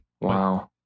Wow